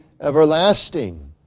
everlasting